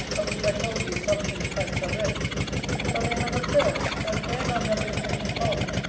of which i told you some think pikes are bred for they have observed, that where none have been put into ponds,